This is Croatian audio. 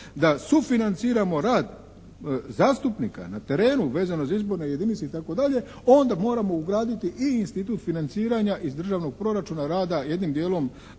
da sufinanciramo rad zastupnika na terenu vezano za izborne jedinice itd. onda moramo ugraditi i institut financiranja iz državnog proračuna rada jednim dijelom